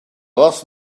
lost